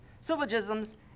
syllogisms